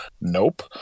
Nope